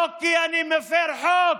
לא כי אני מפר חוק,